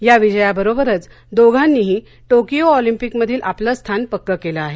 या विजयाबरोबरच दोघांनीही टोकियो ऑलिंपिकमधील आपलं स्थान पक्क केलं आहे